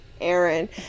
Aaron